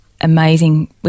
amazing